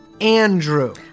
Andrew